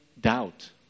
doubt